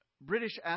British